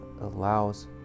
allows